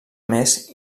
més